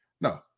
No